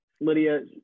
Lydia